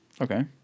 Okay